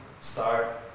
start